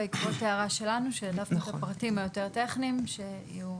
בעקבות הערה שלנו שהעדפנו את הפרטים היותר טכניים שיהיו,